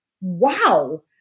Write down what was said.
wow